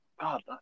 god